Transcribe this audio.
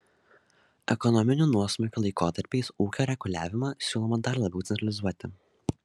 ekonominių nuosmukių laikotarpiais ūkio reguliavimą siūloma dar labiau centralizuoti